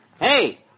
Hey